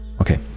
Okay